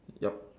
yup